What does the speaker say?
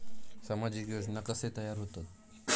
सामाजिक योजना कसे तयार होतत?